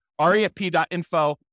refp.info